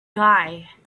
guy